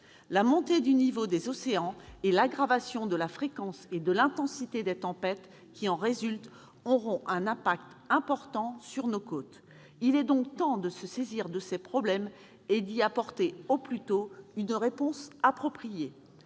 La montée du niveau des océans ainsi que l'aggravation de la fréquence et de l'intensité des tempêtes qui en résultent auront un impact important sur nos côtes. Il est donc temps de se saisir de ces problèmes et d'y apporter au plus tôt une réponse appropriée.